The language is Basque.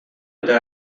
eta